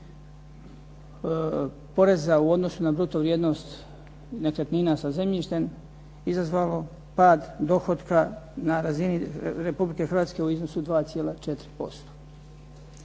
poreza u odnosu na bruto vrijednost nekretnina sa zemljištem izazvalo pad dohotka na razini Republike Hrvatske u iznosu 2,4%.